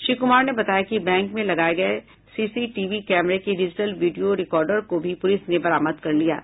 श्री कुमार ने बताया कि बैंक में लगाये गये सीसीटीवी कैमरे के डिजिटल वीडियो रिकॉर्डर को भी पुलिस ने बरामद कर लिया है